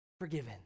forgiven